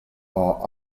are